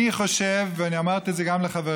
אני חושב, ואמרתי את זה גם לחבריי: